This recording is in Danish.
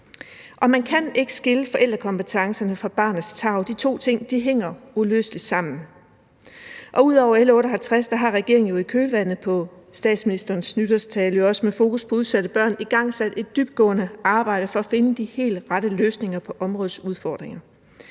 man kan ikke adskille forældrekompetencerne og barnets tarv; de to ting hænger uløseligt sammen. Ud over L 68 B har regeringen jo i kølvandet på statsministerens nytårstale også med fokus på udsatte børn igangsat et dybtgående arbejde for at finde de helt rette løsninger på områdets udfordringer.